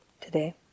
today